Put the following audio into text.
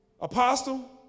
Apostle